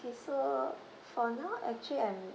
okay so for now actually